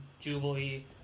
Jubilee